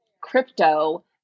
crypto